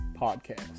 Podcast